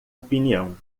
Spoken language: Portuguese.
opinião